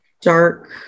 dark